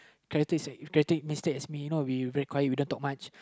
characteristic characteristic as me you know we very quiet we don't talk much